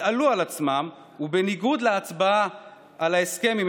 יתעלו על עצמם ובניגוד להצבעה על ההסכם עם